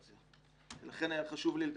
שני.